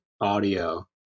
audio